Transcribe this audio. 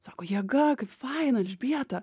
sako jėga kaip faina elžbieta